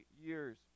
years